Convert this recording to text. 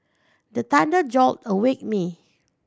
the thunder jolt awake me